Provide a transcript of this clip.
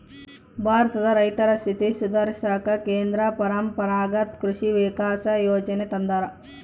ಭಾರತದ ರೈತರ ಸ್ಥಿತಿ ಸುಧಾರಿಸಾಕ ಕೇಂದ್ರ ಪರಂಪರಾಗತ್ ಕೃಷಿ ವಿಕಾಸ ಯೋಜನೆ ತಂದಾರ